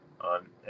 on